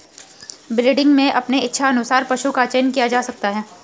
breeding में अपने इच्छा अनुसार पशु का चयन किया जा सकता है